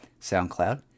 SoundCloud